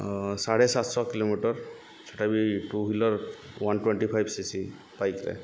ସାଢ଼େ ସାତ୍ଶହ କିଲୋମିଟର୍ ସେଟା ବି two wheeler one twenty five C C ବାଇକ୍ରେ